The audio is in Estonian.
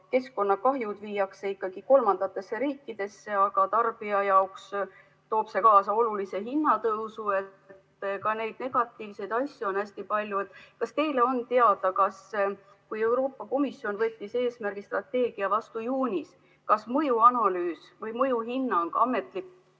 keskkonnakahjud viiakse kolmandatesse riikidesse, aga tarbija jaoks toob see kaasa olulise hinnatõusu. Ka neid negatiivseid asju on hästi palju. Kas teile on teada, et kui Euroopa Komisjon võttis eesmärgi, strateegia vastu juunis, siis kas mõjuanalüüs või mõjuhinnang on ametlikult